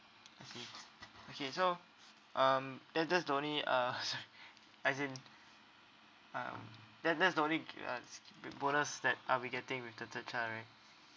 I see okay so um that that's the only uh sorry as in um that that's the only uh sch~ b~ bonus that are we getting with the third child right